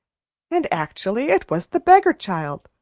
and actually it was the beggar-child,